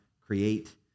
create